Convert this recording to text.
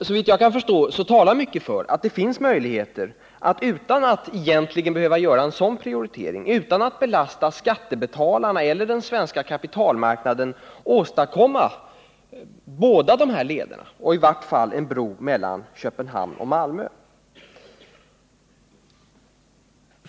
Såvitt jag förstår talar mycket för att det är möjligt att utan att behöva göra en sådan prioritering, utan att belasta skattebetalarna eller den svenska kapitalmarknaden, åstadkomma båda dessa leder och i varje fall en bro mellan Köpenhamn och Malmö.